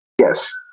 Yes